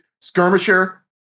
skirmisher